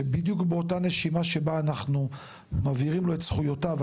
שבדיוק באותה נשימה שבה אנחנו מבהירים לו את זכויותיו,